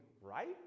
right